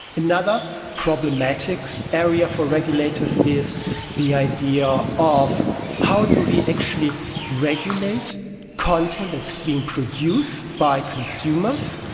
another problematic area for regulators is the idea of how do we actually regulate content that is being produced by consumers,